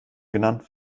genannt